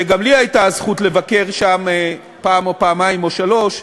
וגם לי הייתה הזכות לבקר שם פעם או פעמיים או שלוש,